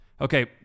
Okay